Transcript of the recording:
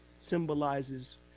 symbolizes